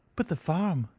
but the farm?